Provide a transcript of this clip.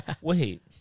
Wait